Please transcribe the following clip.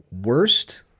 worst